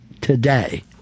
Today